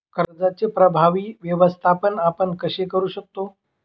कर्जाचे प्रभावी व्यवस्थापन आपण कसे करु शकतो?